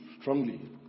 strongly